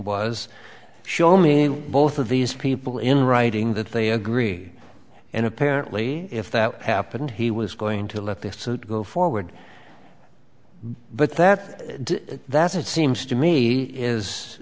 was show me both of these people in writing that they agree and apparently if that happened he was going to let this suit go forward but that the that it seems to me